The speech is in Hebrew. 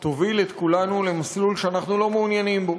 תוביל את כולנו למסלול שאנחנו לא מעוניינים בו,